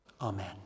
Amen